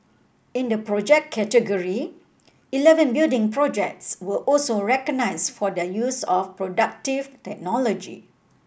in the Project category eleven building projects were also recognised for their use of productive technology